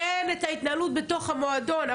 כן את ההתנהלות בתוך המועדון.